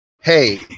hey